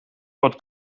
bod